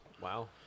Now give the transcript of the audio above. Wow